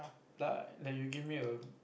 like like you give me a